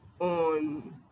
on